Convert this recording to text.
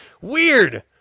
Weird